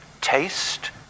taste